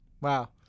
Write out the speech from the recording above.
Wow